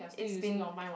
it's been